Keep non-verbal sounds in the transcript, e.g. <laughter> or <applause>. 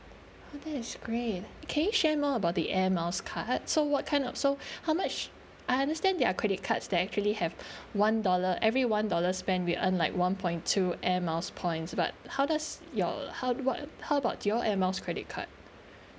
oh that is great can you share more about the Air Miles card so what kind of so <breath> how much I understand there are credit cards that actually have <breath> one dollar every one dollar spent we earn like one point two Air Miles points but how does your how what how about your Air Miles credit card